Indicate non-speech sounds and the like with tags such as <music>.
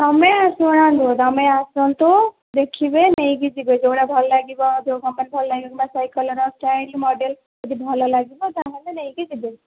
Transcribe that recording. ତମେ ଶୁଣନ୍ତୁ ତମେ ଆସନ୍ତୁ ଦେଖିବେ ନେଇକି ଯିବେ ଯେଉଁଟା ଭଲ ଲାଗିବ ଯେଉଁ କମ୍ପାନୀ ଭଲ ଲାଗିବ ନା ସେଇ କଲର୍ <unintelligible> ଷ୍ଟାଇଲ୍ ମଡ଼େଲ୍ ଯଦି ଭଲ ଲାଗିବ ତା'ହେଲେ ନେଇକି ଯିବେ